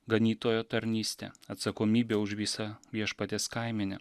ganytojo tarnystė atsakomybė už visą viešpaties kaimenę